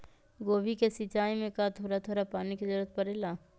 गोभी के सिचाई में का थोड़ा थोड़ा पानी के जरूरत परे ला?